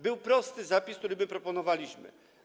Był prosty zapis, który my proponowaliśmy.